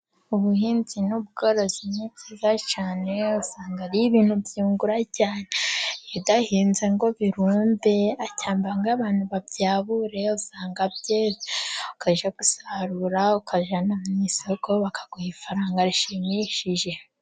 Ubuhinzi n'ubworozi ni byiza cyane usanga ari ibintu byungura cyane. Iyo udahinze ngo birumbe cyangwa ngo abantu babyabure usanga byeze ukajya gusarura ukajyana mu isoko bakaguha ifaranga rishimishije.